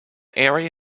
area